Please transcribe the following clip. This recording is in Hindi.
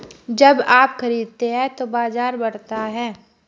जब आप खरीदते हैं तो बाजार बढ़ता है